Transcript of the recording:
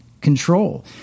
control